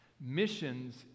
Missions